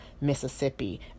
mississippi